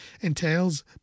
entails